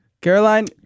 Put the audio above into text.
Caroline